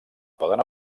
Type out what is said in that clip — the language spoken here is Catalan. poden